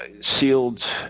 sealed –